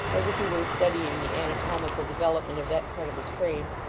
as if he were studying the anatomical development of that part of his frame,